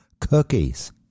cookies